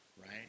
right